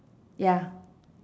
ya